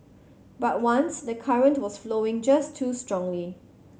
but once the current was flowing just too strongly